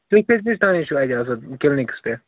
تُہۍ کٔژِ بَجہِ تان چھِو اَتہِ آسان کٕلنِکَس پیٹھ